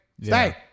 Stay